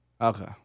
Okay